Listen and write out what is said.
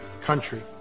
country